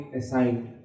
assigned